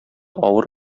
авыр